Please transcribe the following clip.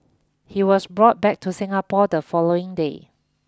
he was brought back to Singapore the following day